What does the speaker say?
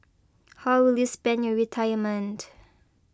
how will you spend your retirement